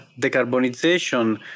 decarbonization